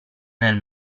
nel